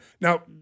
Now